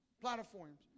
platforms